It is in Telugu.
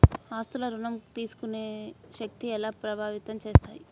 ఆస్తుల ఋణం తీసుకునే శక్తి ఎలా ప్రభావితం చేస్తాయి?